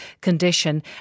condition